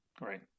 Right